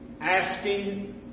asking